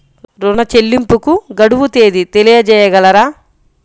ఋణ చెల్లింపుకు గడువు తేదీ తెలియచేయగలరా?